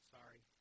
Sorry